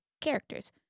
characters